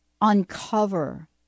uncover